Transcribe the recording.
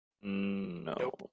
No